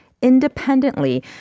independently